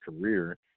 career